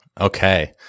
Okay